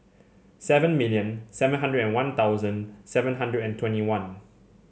seven million seven hundred and One Thousand seven hundred and twenty one